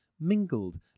mingled